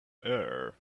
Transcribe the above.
err